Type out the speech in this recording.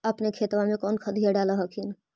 अपने खेतबा मे कौन खदिया डाल हखिन?